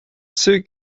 sue